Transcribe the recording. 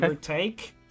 take